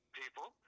people